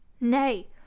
Nay